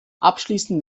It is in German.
abschließend